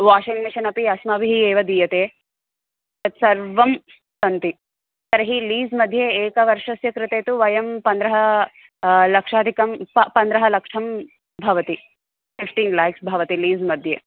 washing machine अपि अस्माभिः एव दीयते तानि सर्वाणि सन्ति तर्हि लीज़् मध्ये एकवर्षस्य कृते तु वयं पद्रह लक्षादिकं प पद्रः लक्षं भवति फ़िफ़्टीन् लेक्स् भवति लीस् मध्ये